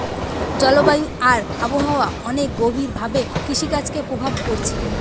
জলবায়ু আর আবহাওয়া অনেক গভীর ভাবে কৃষিকাজকে প্রভাব কোরছে